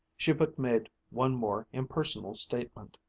she but made one more impersonal statement